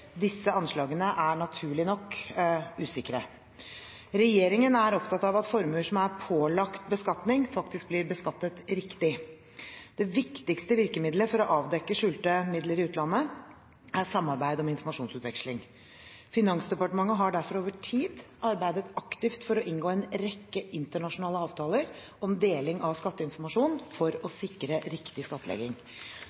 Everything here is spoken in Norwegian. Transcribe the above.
Disse anslagene er naturlig nok usikre. Regjeringen er opptatt av at formuer som er pålagt beskatning, faktisk blir beskattet riktig. Det viktigste virkemidlet for å avdekke skjulte midler i utlandet er samarbeid om informasjonsutveksling. Finansdepartementet har derfor over tid arbeidet aktivt for å inngå en rekke internasjonale avtaler om deling av skatteinformasjon for å sikre riktig skattlegging.